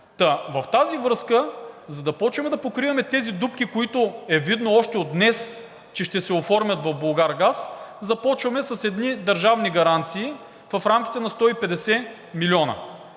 В тази връзка, за да започнем да покриваме тези дупки, които е видно още от днес, че ще се оформят в „Булгаргаз“, започваме с едни държавни гаранции в рамките на 150 млн.